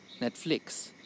Netflix